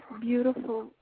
beautiful